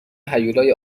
هیولای